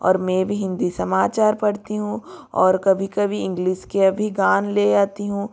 और मैं भी हिन्दी समाचार पढ़ती हूँ और कभी कभी इंग्लिस के अभी गान ले आती हूँ